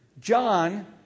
John